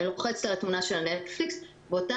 אני לוחצת על התמונה של הנטפליקס ובאותה